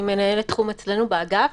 אני מנהלת תחום אצלנו באגף.